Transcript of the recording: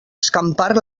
escampar